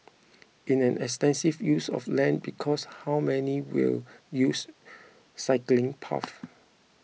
it's an extensive use of land because how many will use cycling paths